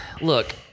look